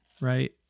right